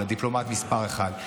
לדיפלומטית מס' אחת.